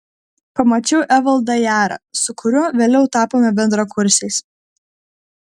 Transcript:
pamačiau evaldą jarą su kuriuo vėliau tapome bendrakursiais